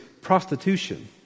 prostitution